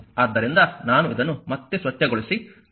ಆದ್ದರಿಂದ ನಾನು ಇದನ್ನು ಮತ್ತೆ ಸ್ವಚ್ಛಗೊಳಿಸಿ ನಾನು ಹಿಂತಿರುಗುತ್ತೇನೆ